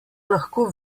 lahko